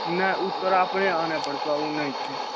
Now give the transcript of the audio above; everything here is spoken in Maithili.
नहि ओ तोरा अपने आनै परतऽ ओ नहि छै